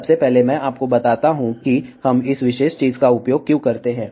सबसे पहले मैं आपको बताता हूं कि हम इस विशेष चीज का उपयोग क्यों करते हैं